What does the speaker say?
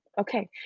Okay